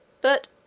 But